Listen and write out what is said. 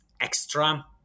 extra